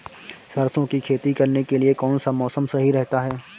सरसों की खेती करने के लिए कौनसा मौसम सही रहता है?